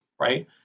right